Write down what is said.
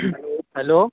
hello